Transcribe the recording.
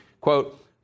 quote